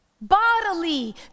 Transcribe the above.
bodily